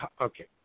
Okay